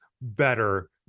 better